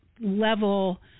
level